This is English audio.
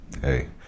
hey